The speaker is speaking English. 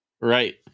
right